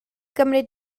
gymryd